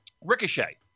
Ricochet